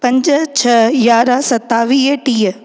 पंज छह यारहां सतावीह टीह